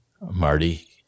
Marty